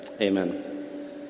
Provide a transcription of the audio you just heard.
Amen